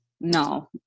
no